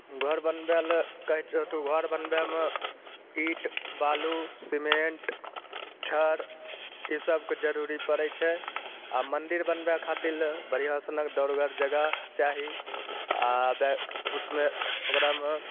घर बनबए लए कहै छियऽ तू घर बनबएमे इट बालु सिमेंट छड़ इसबके जरूरी पड़ै छै आ मन्दिर बनबए खातिर लए बढ़िऑं सनक दौड़गर जगह चाही आ बए उसमे ओकरामे